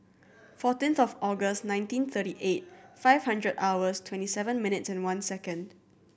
fourteenth of August nineteen thirty eight five hundred hours twenty seven minutes and one second